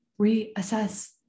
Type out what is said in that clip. reassess